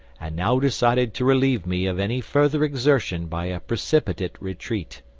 and now decided to relieve me of any further exertion by a precipitate retreat.